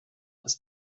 ist